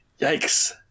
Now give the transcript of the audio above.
Yikes